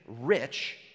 rich